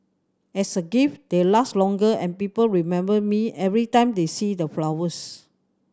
as a gift they last longer and people remember me every time they see the flowers